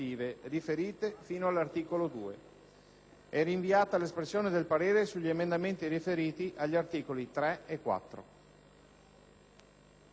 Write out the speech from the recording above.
È rinviata l'espressione del parere sugli emendamenti riferiti agli articoli 3 e 4».